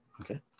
Okay